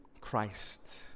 Christ